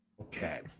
Okay